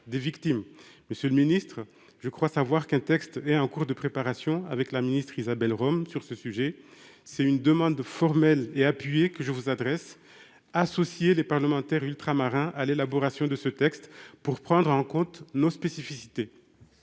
des victimes. Monsieur le ministre, je crois savoir qu'un texte est en cours de préparation avec la ministre Isabelle Rome. Je vous adresse à ce sujet une demande formelle et appuyée : associez les parlementaires ultramarins à son élaboration, pour prendre en compte nos spécificités.